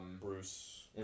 Bruce